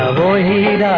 ah boy has